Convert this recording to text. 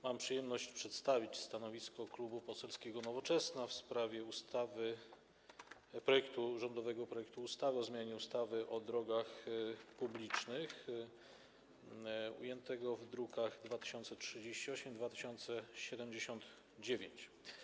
Mam przyjemność przedstawić stanowisko Klubu Poselskiego Nowoczesna w sprawie rządowego projektu ustawy o zmianie ustawy o drogach publicznych, zawartego w drukach nr 2038 i 2079.